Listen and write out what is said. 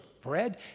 bread